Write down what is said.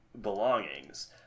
belongings